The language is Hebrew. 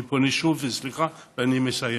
אני פונה שוב, וסליחה, אני מסיים.